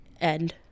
end